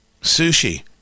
Sushi